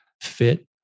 fit